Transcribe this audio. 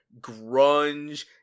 grunge